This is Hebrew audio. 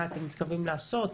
מה אתם מתכוונים לעשות,